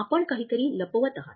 आपण काहीतरी लपवत आहात